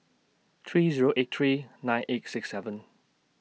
three Zero eight three nine eight six seven